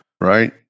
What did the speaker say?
right